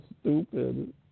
stupid